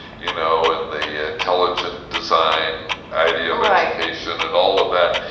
you know, and the ah intelligent design idea of education and all of that.